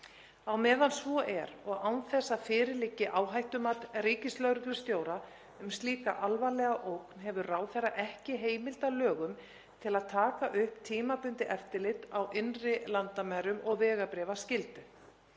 Á meðan svo er og án þess að fyrir liggi áhættumat ríkislögreglustjóra um slíka alvarlega ógn hefur ráðherrann ekki heimild að lögum til að taka upp tímabundið eftirlit á innri landamærum og vegabréfaskyldu.